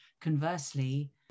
Conversely